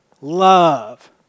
love